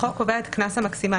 החוק קובע את הקנס המקסימלי,